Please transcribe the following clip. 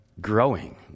growing